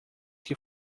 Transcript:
que